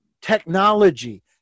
technology